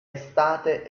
estate